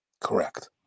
Correct